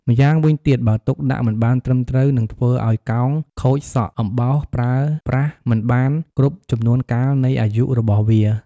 ម្យ៉ាងវិញទៀត បើទុកដាក់មិនបានត្រឹមត្រូវនឹងធ្វើឲ្យកោងខូចសក់អំបោសប្រើប្រាស់មិនបានគ្រប់ចំនួនកាលនៃអាយុរបស់វា។